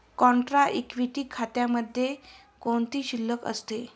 Contra equity खात्यामध्ये कोणती शिल्लक असते?